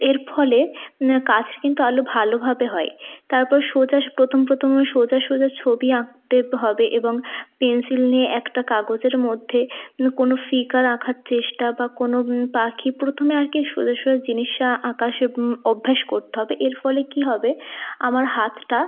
এর ফলে কাজ কিন্তু আরো ভালোভাবে হয় তারপর সোজা প্রথম প্রথম সোজা সোজা ছবি আঁকতে হবে এবং পেনসিল নিয়ে একটা কাগজের মধ্যে কোনো ফিগার আঁকার চেষ্টা বা কোনো পাখি প্রথমে আর কি সোজা সোজা জিনিস আঁকা সে অভ্যাস করতে হবে এর ফলে কী হবে আমার হাতটা